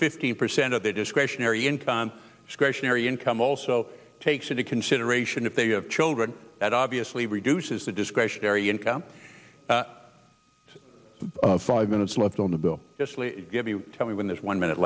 fifteen percent of their discretionary income discretionary income also takes into consideration if they have children that obviously reduces the discretionary income five minutes left on the bill give you tell me when this one minute